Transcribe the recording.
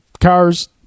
cars